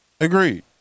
Agreed